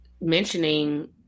mentioning